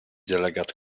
delegat